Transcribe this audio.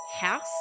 house